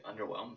underwhelmed